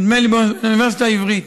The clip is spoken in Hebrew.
נדמה לי מהאוניברסיטה העברית.